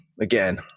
again